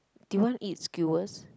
do you want eat skewers